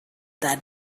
that